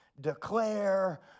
declare